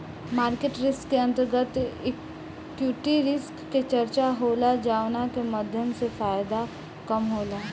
market risk के अंतर्गत equity risk के चर्चा होला जावना के माध्यम से फायदा कम होला